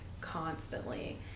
constantly